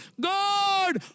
God